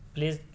please